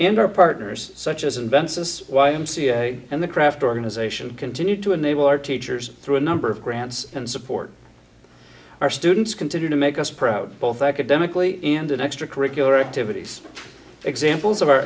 and our partners such as invensys y m c a and the craft organization continue to enable our teachers through a number of grants and support our students continue to make us proud both academically and in extracurricular activities examples of our